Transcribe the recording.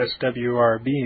SWRB